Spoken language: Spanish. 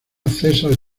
cesar